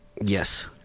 Yes